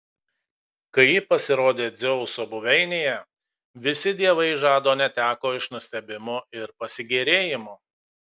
kai ji pasirodė dzeuso buveinėje visi dievai žado neteko iš nustebimo ir pasigėrėjimo